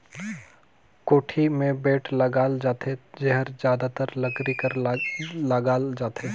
कोड़ी मे बेठ लगाल जाथे जेहर जादातर लकरी कर लगाल जाथे